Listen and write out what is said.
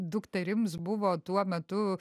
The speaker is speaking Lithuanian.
dukterims buvo tuo metu